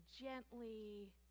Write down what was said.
gently